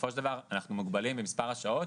בסופו של דבר אנחנו מוגבלים במספר השעות,